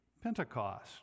Pentecost